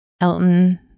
Elton